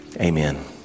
Amen